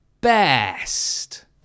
best